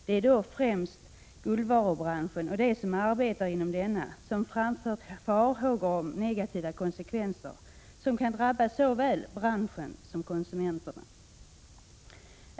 Det är främst guldvarubranschen och de som arbetar inom denna som har framfört farhågor om negativa konsekvenser, som kan drabba såväl branschen som konsumenterna.